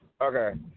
Okay